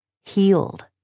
healed